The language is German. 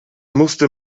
musste